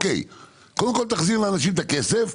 קודם כל תחזיר לאנשים את הכסף.